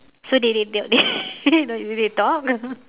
so they they they did they talk